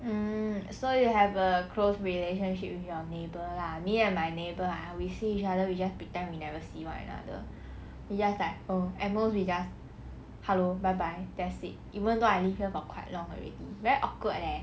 mm so you have a close relationship with your neighbour lah me and my neighbour ah we see each other we just pretend we never see one another we just like at most we just hello bye bye that's it even though I live here for quite long already very awkward leh